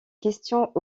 questions